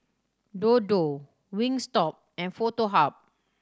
Dodo Wingstop and Foto Hub